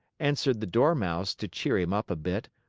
answered the dormouse to cheer him up a bit,